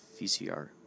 VCR